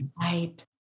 Right